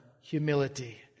humility